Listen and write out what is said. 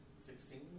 Sixteen